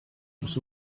dros